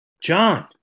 john